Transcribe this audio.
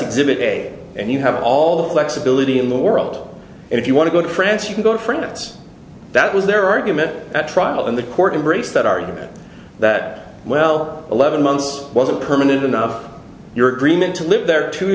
exhibit a and you have all the flexibility in the world and if you want to go to france you can go to france that was their argument at trial in the court embrace that argument that well eleven months wasn't permanent enough you're dreaming to live there